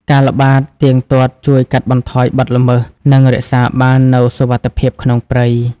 ការល្បាតទៀងទាត់ជួយកាត់បន្ថយបទល្មើស និងរក្សាបាននូវសុវត្ថិភាពក្នុងព្រៃ។